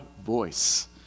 voice